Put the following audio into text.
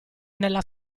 nella